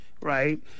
right